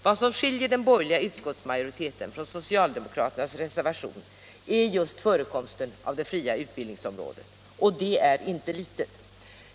Vad som skiljer den borgerliga utskottsmajoritetens förslag från socialdemokraternas reservation är just förekomsten av det fria utbildningsområdet — och det är inte litet.